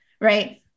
right